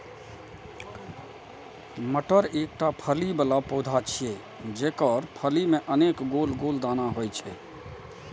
मटर एकटा फली बला पौधा छियै, जेकर फली मे अनेक गोल गोल दाना होइ छै